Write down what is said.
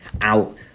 out